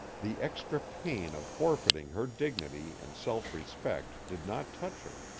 the extra pain of forfeiting her dignity and self-respect did not touch her,